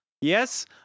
yes